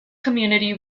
community